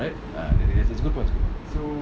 then you go desert right ah it's a good point good point